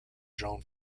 jean